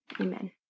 amen